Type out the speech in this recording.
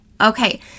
Okay